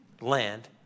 land